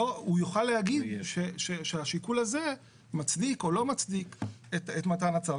הוא יוכל להגיד שהשיקול הזה מצדיק או לא מצדיק את מתן הצו.